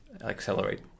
accelerate